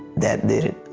that did it.